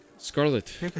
Scarlet